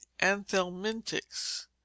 Anthelmintics